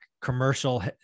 commercial